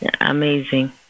amazing